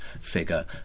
figure